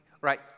right